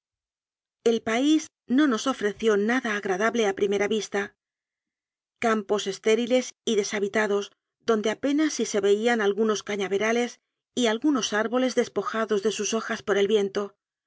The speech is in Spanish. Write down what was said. el país no nos ofreció nada agradable a primera vista campos estériles y deshabitados donde apenas si se veían algunos cañaverales y algunos árboles despojados de sus hojas por el viento